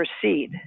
proceed